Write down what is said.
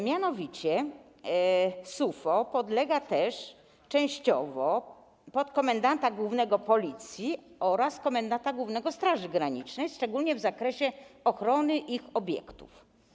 Mianowicie SUFO podlega częściowo pod komendanta głównego Policji oraz komendanta głównego Straży Granicznej, szczególnie w zakresie ochrony ich obiektów.